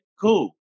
cool